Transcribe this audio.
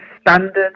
standard